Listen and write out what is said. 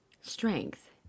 Strength